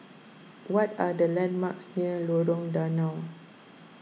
what are the landmarks near Lorong Danau